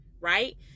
right